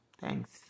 Thanks